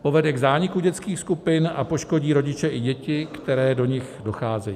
Povede k zániku dětských skupin a poškodí rodiče i děti, které do nich docházejí.